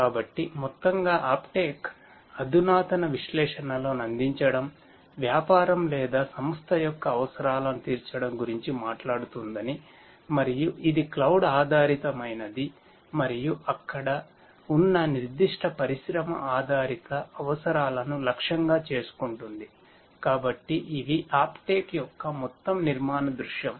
కాబట్టి మొత్తంగా అప్టేక్ యొక్క మొత్తం నిర్మాణ దృశ్యం